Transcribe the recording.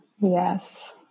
Yes